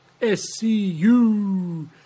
SCU